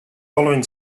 following